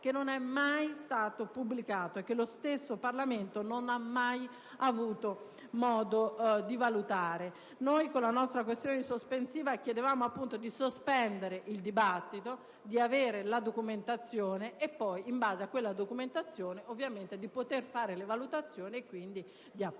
che non è mai stato pubblicato e che lo stesso Parlamento non ha mai avuto modo di valutare. Noi, con la nostra questione sospensiva, chiediamo di sospendere il dibattito, di avere la documentazione e poi, in base ad essa, di poter fare le valutazioni e, quindi, di approvare